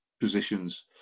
positions